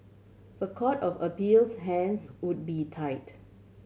the Court of Appeal's hands would be tied